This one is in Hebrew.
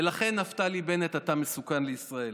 ולכן, נפתלי בנט, אתה מסוכן לישראל.